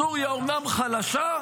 סוריה אומנם חלשה,